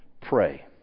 pray